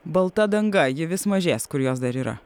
balta danga ji vis mažės kur jos dar yra